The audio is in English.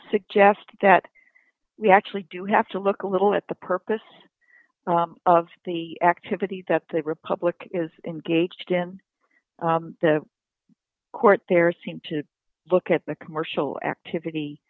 suggest that we actually do have to look a little at the purpose of the activity that the republic is engaged in the court there seem to look at the commercial activity